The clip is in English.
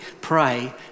pray